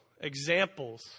examples